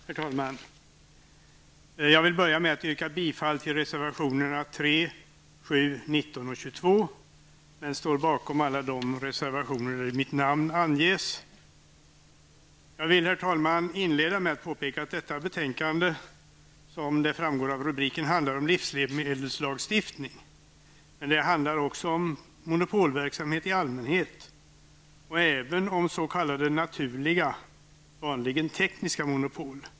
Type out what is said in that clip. Herr talman! Jag vill börja med att yrka bifall till reservationerna 3, 7, 19 och 22, men jag står bakom alla de reservationer där mitt namn anges. Jag vill inleda med att påpeka att detta betänkande, som framgår av rubriken, handlar om livsmedelslagstiftningen. Men det handlar också om monopolverksamhet i allmänhet och även om s.k. naturliga -- vanligen tekniska -- monopol.